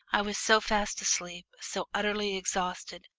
i was so fast asleep, so utterly exhausted,